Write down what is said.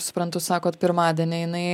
suprantu sakot pirmadienį jinai